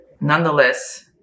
nonetheless